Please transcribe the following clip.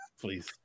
please